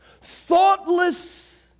thoughtless